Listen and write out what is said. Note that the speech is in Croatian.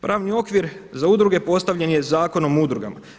Pravni okvir za udruge postavljen je Zakonom o udrugama.